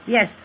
Yes